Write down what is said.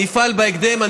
אני אפעל בהקדם.